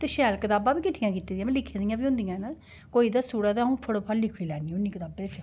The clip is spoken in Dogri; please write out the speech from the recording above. ते शैल कितांबा बी कट्ठियां केतियां दियां न में ते लिखै दे बी होंदे न कोई दसूड़ै ते अ'ऊं फटाफट लिखी लैन्नी होन्नी किताबै च